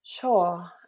Sure